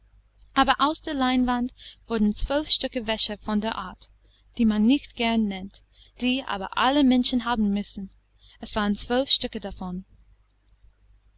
aber aus der leinwand wurden zwölf stück wäsche von der art die man nicht gern nennt die aber alle menschen haben müssen es waren zwölf stück davon